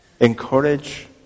encourage